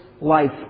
life